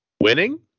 Winning